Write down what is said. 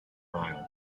mile